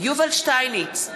יובל שטייניץ,